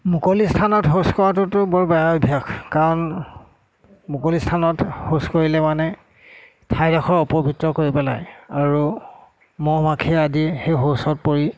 মুকলি স্থানত শৌচ কৰাতোটো বৰ বেয়া অভ্যাস কাৰণ মুকলি স্থানত শৌচ কৰিলে মানে ঠাইডোখৰ অপবিত্ৰ কৰি পেলাই আৰু মহ মাখি আদি সেই শৌচত পৰি